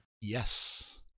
Yes